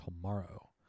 tomorrow